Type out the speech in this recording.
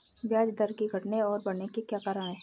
ब्याज दर के घटने और बढ़ने के क्या कारण हैं?